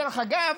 דרך אגב,